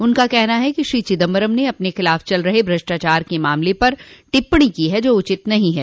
उनका कहना है कि श्री चिदम्बरम ने अपन खिलाफ चल रहे भ्रष्टाचार के मामले पर टिप्पणी की है जो उचित नहीं है